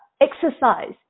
exercise